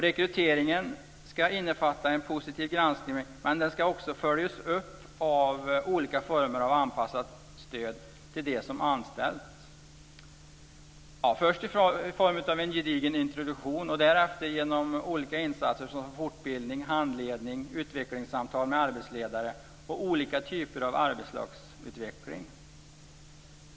Rekryteringen ska innefatta en positiv granskning, men den ska också följas upp av olika former av anpassat stöd till dem som anställs - först i form av en gedigen introduktion, därefter genom olika insatser såsom fortbildning, handledning, utvecklingssamtal med arbetsledare och olika typer av arbetslagsutveckling.